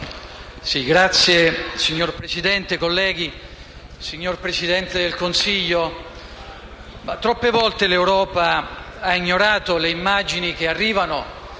*(PD)*. Signor Presidente, colleghi, signor Presidente del Consiglio, troppe volte l'Europa ha ignorato le immagini che arrivano